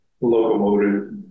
locomotive